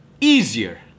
easier